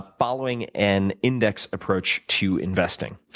following an index approach to investing.